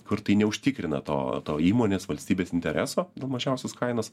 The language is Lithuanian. kur tai neužtikrina to to įmonės valstybės intereso nu mažiausios kainos